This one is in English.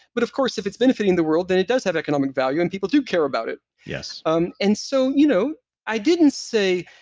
but of course, if it's benefiting the world, then it does have economic value, and people do care about it yes um and so you know i didn't say,